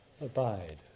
abide